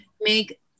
make